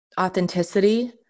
authenticity